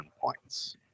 points